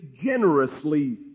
generously